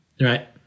right